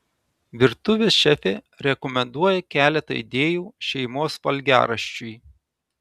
virtuvės šefė rekomenduoja keletą idėjų šeimos valgiaraščiui